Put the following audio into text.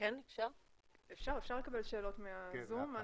--- אפשר לקבל שאלות מהזום.